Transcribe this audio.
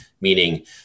meaning